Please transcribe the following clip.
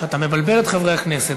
שאתה מבלבל את חברי הכנסת.